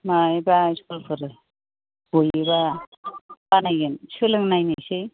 मायोबा school फोर गयोबा बानायगोन सोलोंना नायनोसै